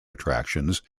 attractions